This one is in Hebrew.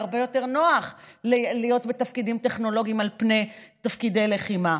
והרבה יותר נוח להיות בתפקידים טכנולוגיים על פני תפקידי לחימה.